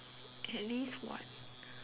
at least [what]